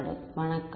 மாணவர் வணக்கம்